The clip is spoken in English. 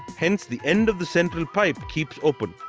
hence, the end of the central pipe keeps open.